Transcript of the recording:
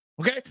Okay